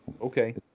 Okay